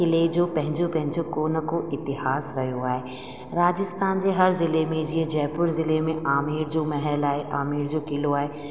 क़िले जो पंहिंजो पंहिंजो को न को इतिहास रहियो आहे राजस्थान जे हर ज़िले में जीअं जयपुर ज़िले में आमेर जो महल आहे आमेर जो क़िलो आहे